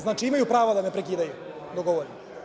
Znači, imaju pravo da me prekidaju dok govorim?